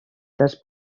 pols